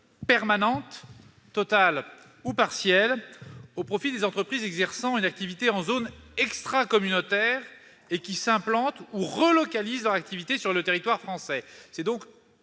permanente, totale ou partielle, au profit des entreprises exerçant une activité en zone extracommunautaire et qui implantent ou relocalisent leur activité sur le territoire français. Il s'agit donc